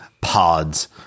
pods